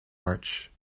march